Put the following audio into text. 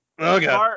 Okay